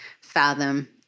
fathom